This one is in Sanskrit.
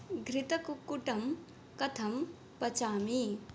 घृतकुक्कुटं कथं पचामि